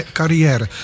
carrière